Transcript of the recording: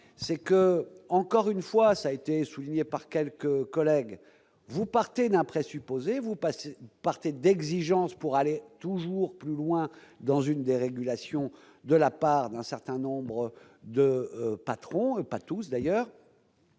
c'est que, encore une fois, ça a été souligné par quelques collègues vous partez d'un présupposé, vous passez par d'exigence pour aller toujours plus loin dans une dérégulation de la part d'un certain nombre de patrons, et pas tous d'ailleurs